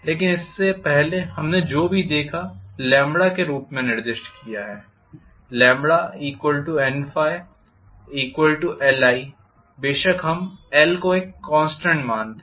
लेकिन इससे पहले हमने जो भी के रूप में निर्दिष्ट किया है NLi बशर्ते हम L को एक कॉन्स्टेंट मानते हैं